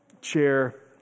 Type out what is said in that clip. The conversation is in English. chair